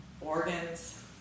organs